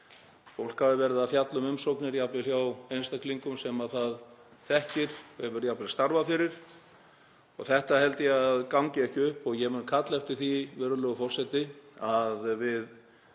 Fólk hafi verið að fjalla um umsóknir hjá einstaklingum sem það þekkir og hefur jafnvel starfað fyrir. Þetta held ég að gangi ekki upp og ég mun kalla eftir því, virðulegur forseti, að við